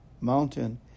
Mountain